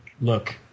look